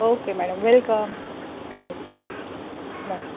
okay madam welcome okay bye